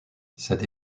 cette